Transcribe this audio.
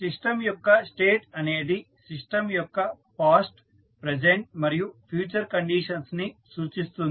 system యొక్క state అనేది system యొక్క పాస్ట్ ప్రెజంట్ మరియు ఫ్యూచర్ కండిషన్స్ ని సూచిస్తుంది